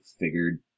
figured